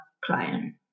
client